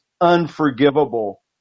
unforgivable